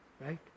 Right